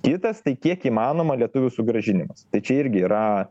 kitas tai kiek įmanoma lietuvių sugrąžinimas tai čia irgi yra